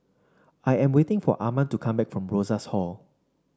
I am waiting for Arman to come back from Rosas Hall